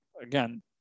Again